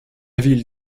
ville